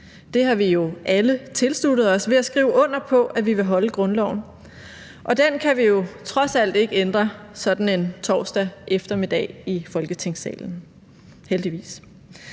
Det har vi jo alle tilsluttet os ved at skrive under på, at vi vil holde grundloven. Den kan vi jo trods alt ikke ændre sådan en torsdag eftermiddag i Folketingssalen, heldigvis.